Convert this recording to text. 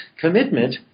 commitment